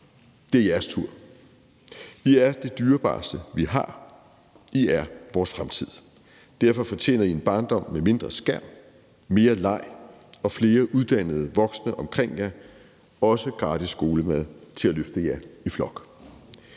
Det er jeres tur. I er det dyrebareste, vi har; I er vores fremtid. Derfor fortjener I en barndom med mindre skærm, mere leg og flere uddannede voksne omkring jer og også gratis skolemad til at løfte jer i flok.